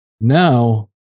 now